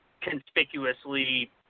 conspicuously